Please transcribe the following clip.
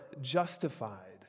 justified